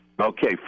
Okay